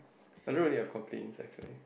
I don't really have complains actually